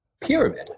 pyramid